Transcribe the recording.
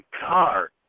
car